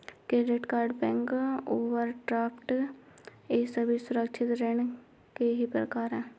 credit card bank overdraft ये सभी असुरक्षित ऋण के ही प्रकार है